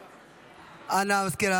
בהצבעה אנא המזכיר,